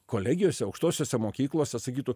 kolegijose aukštosiose mokyklose sakytų